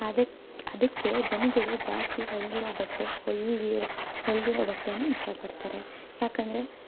ಅದಕ್ಕೆ ಅದಕ್ಕೆ ಜನಗಳು ಜಾಸ್ತಿ ಹೊಲಿದಿರೊ ಬಟ್ಟೆ ಹೊಲಿದಿರೊ ಹೊಲಿದಿರೊ ಬಟ್ಟೆನೇ ಇಷ್ಟಪಡ್ತಾರೆ ಯಾಕಂದರೆ